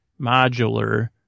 modular